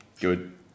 Good